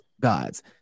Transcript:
gods